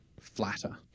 flatter